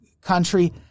country